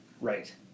Right